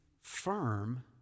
firm